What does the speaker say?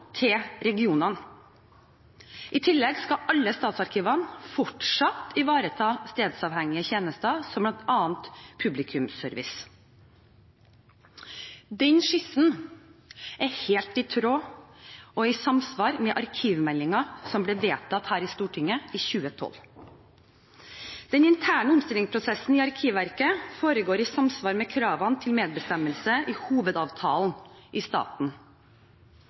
til regionene. I tillegg skal alle statsarkivene fortsatt ivareta stedsavhengige tjenester, som bl.a. publikumsservice. Den skissen er helt i tråd og i samsvar med arkivmeldingen, som ble vedtatt her i Stortinget i 2012. Den interne omstillingsprosessen i Arkivverket foregår i samsvar med kravene til medbestemmelse i Hovedavtalen i staten.